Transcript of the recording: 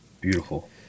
Beautiful